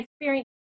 experience